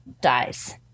dies